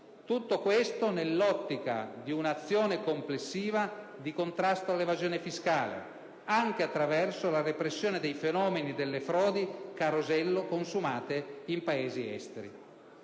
Tutto questo nell'ottica di un'azione complessiva di contrasto all'evasione fiscale, anche attraverso la repressione dei fenomeni delle frodi carosello consumate in Paesi esteri.